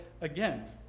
again